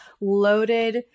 loaded